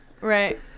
Right